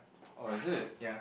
orh is it